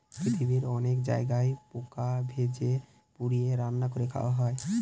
পৃথিবীর অনেক জায়গায় পোকা ভেজে, পুড়িয়ে, রান্না করে খাওয়া হয়